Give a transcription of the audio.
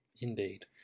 Indeed